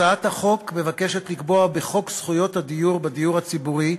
הצעת החוק מבקשת לקבוע בחוק זכויות הדייר בדיור הציבורי,